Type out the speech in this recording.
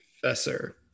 professor